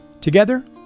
together